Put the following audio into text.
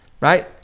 right